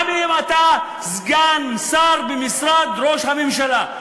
גם אם אתה סגן שר במשרד ראש הממשלה,